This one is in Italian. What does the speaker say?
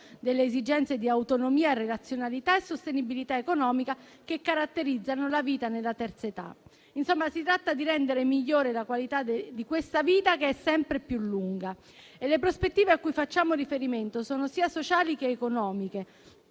delle esigenze di autonomia, relazionalità e sostenibilità economica che caratterizzano la vita nella terza età. Insomma, si tratta di rendere migliore la qualità di questa vita che è sempre più lunga e le prospettive a cui facciamo riferimento sono sia sociali che economiche.